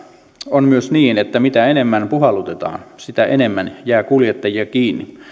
on myös niin että mitä enemmän puhallutetaan sitä enemmän jää kuljettajia kiinni